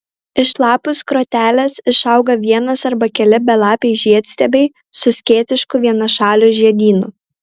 iš lapų skrotelės išauga vienas arba keli belapiai žiedstiebiai su skėtišku vienašaliu žiedynu